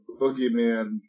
boogeyman